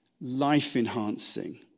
life-enhancing